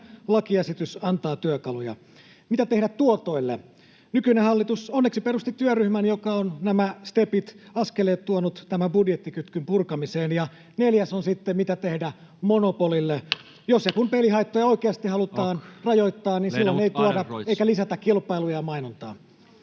lakiesitys antaa työkaluja. Mitä tehdä tuotoille? Nykyinen hallitus onneksi perusti työryhmän, joka on nämä stepit, askeleet, tuonut tämän budjettikytkyn purkamiseen. Ja neljäs on sitten: mitä tehdä monopolille? Jos ja kun pelihaittoja oikeasti halutaan rajoittaa, niin silloin ei tuoda eikä lisätä kilpailua ja mainontaa.